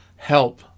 help